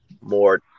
more